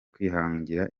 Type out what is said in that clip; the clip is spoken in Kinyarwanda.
kwihangira